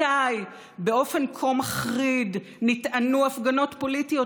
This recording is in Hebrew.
מתי באופן כה מחריד נטענו הפגנות פוליטיות,